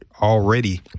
already